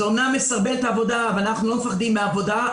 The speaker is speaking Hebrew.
זה אמנם מסרבל את העבודה אבל אנחנו לא מפחדים מעבודה.